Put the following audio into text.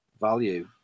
value